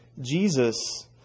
Jesus